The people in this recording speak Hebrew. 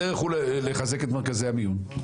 הדרך לחזק את מרכזי המיון?